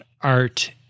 art